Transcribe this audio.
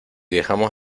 dejamos